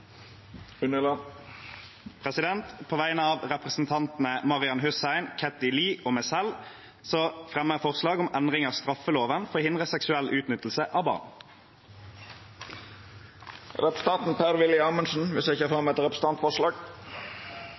På vegne av representantene Marian Hussein, Kathy Lie og meg selv vil jeg framsette et forslag om endring av straffeloven for å hindre seksuell utnyttelse av barn. Representanten Per-Willy Amundsen vil setja fram eit representantforslag.